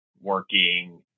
working